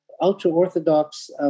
ultra-Orthodox